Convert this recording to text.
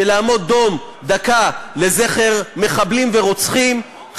של לעמוד דום דקה לזכר מחבלים ורוצחים,